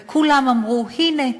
וכולם אמרו: הנה,